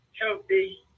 healthy